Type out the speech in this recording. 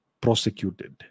prosecuted